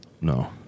No